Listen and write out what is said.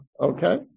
Okay